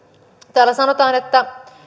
täällä sanotaan että